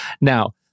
Now